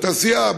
בתעשייה,